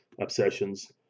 Obsessions